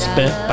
Spent